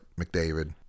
McDavid